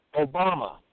Obama